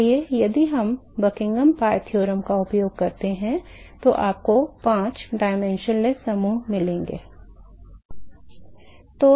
इसलिए यदि आप बकिंघम पाई प्रमेय का उपयोग करते हैं तो आपको पांच आयामहीन समूह मिलेंगे